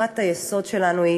הנחת היסוד שלנו היא